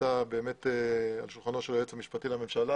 נמצא על שולחנו של היועץ המשפטי לממשלה.